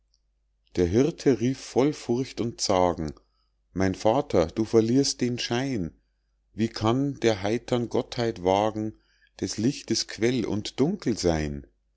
der hirte rief voll furcht und zagen mein vater du verlierst den schein wie kann der heitern gottheit wagen des lichtes quell und dunkel seyn